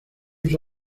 uso